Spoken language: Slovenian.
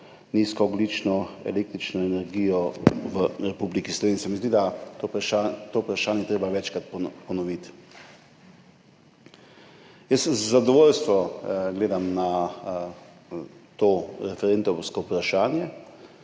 nizkoogljično električno energijo v Republiki Sloveniji. Zdi se mi, da je treba to vprašanje večkrat ponoviti. Jaz z zadovoljstvom gledam na to referendumsko vprašanje,